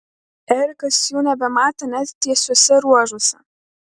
erikas jų nebematė net tiesiuose ruožuose